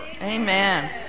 Amen